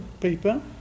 paper